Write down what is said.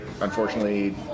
Unfortunately